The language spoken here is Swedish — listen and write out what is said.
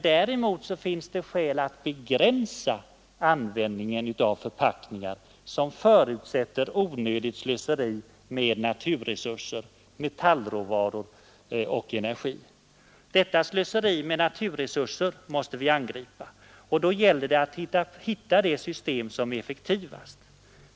Däremot finns det skäl att begränsa användningen av förpackningar som förutsätter onödigt slöseri med naturresurser, metallråvaror och energi. Detta slöseri med naturresurser måste vi angripa. Det gäller då att hitta det system som är effektivast.